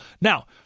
Now